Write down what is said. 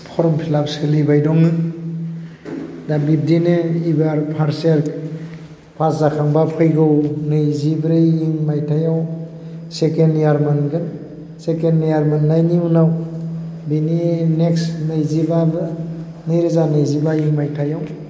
form fill up सोलिबाय दङ दा बिबदिनो इबार फार्स्ट इयार फास जाखांबा फैगौ नैजिब्रै इं मायथाइयाव सेखेन्द इयार मोनगोन सेखेन्द इयार मोननायनि उनाव बिनि नेक्स्ट नैजिबाबो नैरोजा नैजिबा इं मायथाइयाव